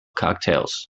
cocktails